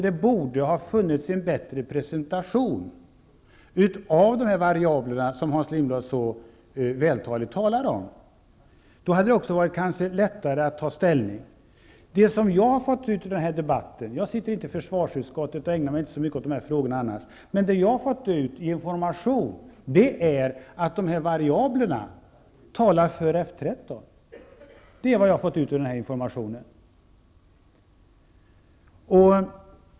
Det borde ha funnits en bättre presentation av de variabler som Hans Lindblad talar så vältaligt om. Då hade det kanske också varit lättare att ta ställning. Den information som jag har fått ut av den här debatten -- jag sitter inte i försvarsutskottet och ägnar mig inte så mycket åt de här frågorna annars -- är att de här variablerna talar för F 13. Det är vad jag har fått ut av den här informationen.